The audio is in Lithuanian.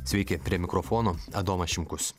sveiki prie mikrofono adomas šimkus